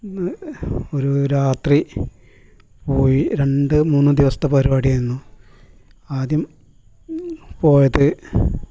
ഒരു രാത്രി പോയി രണ്ട് മൂന്ന് ദിവസത്തെ പരിപാടി ആയിരുന്നു ആദ്യം പോയത്